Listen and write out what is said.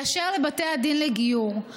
באשר לבתי הדין לגיור,